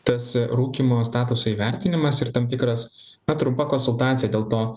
tas rūkymo statuso įvertinimas ir tam tikras ta trumpa konsultacija dėl to